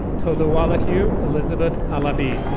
tolowalahu elisabeth alabe.